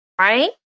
right